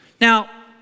Now